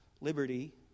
liberty